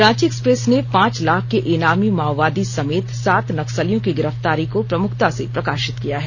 Ranchi express ने पांच लाख के ईनामों माओवादी समेत सात नक्सलियों की गिरफ्तारी को प्रमुखता से प्रकाशित किया है